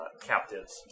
captives